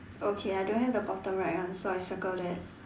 okay I don't have the bottom right one so I circle that